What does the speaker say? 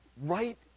right